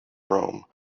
rome